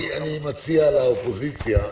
אני מציע לאופוזיציה,